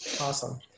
Awesome